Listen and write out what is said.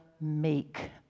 meek